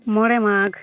ᱢᱚᱬᱮ ᱢᱟᱜᱽ